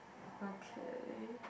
okay